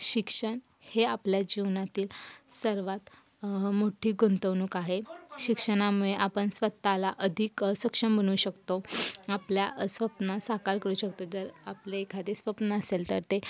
शिक्षण हे आपल्या जीवनातील सर्वात मोठी गुंतवणूक आहे शिक्षणामुळे आपण स्वत ला अधिक सक्षम बनवू शकतो आपले स्वप्न साकार करू शकतो जर आपले एखादे स्वप्न असेल तर ते